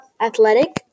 athletic